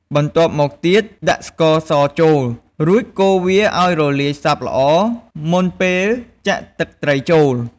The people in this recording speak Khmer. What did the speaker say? បន្ទាប់មកទៀត ដាក់ស្ករសចូល រួចកូរវាឱ្យរលាយសព្វល្អ មុនពេលចាក់ទឹកត្រីចូល។